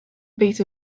beat